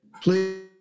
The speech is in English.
Please